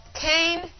Cain